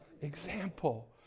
example